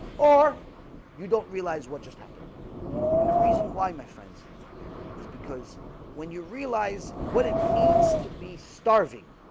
or you? don't realize what just happened and the reason why my friends is because when you realize what it means to be starving